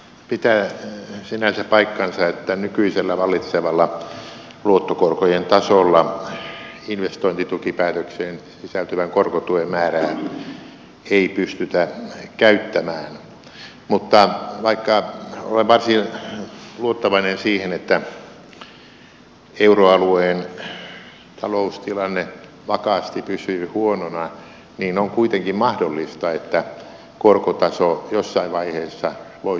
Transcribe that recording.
pitää sinänsä paikkansa että nykyisellä vallitsevalla luottokorkojen tasolla investointitukipäätökseen sisältyvän korkotuen määrää ei pystytä käyttämään mutta vaikka olen varsin luottavainen sen suhteen että euroalueen taloustilanne vakaasti pysyy huonona niin on kuitenkin mahdollista että korkotaso jossain vaiheessa voisi nousta